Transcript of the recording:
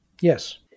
yes